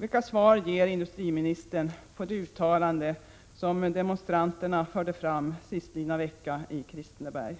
Vilka svar ger industriministern på det uttalande som demonstranterna förde fram sistlidna vecka i Kristineberg?